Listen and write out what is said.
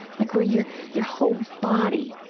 like where your your whole body